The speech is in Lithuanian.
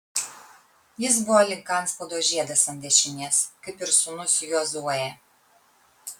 jis buvo lyg antspaudo žiedas ant dešinės kaip ir sūnus jozuė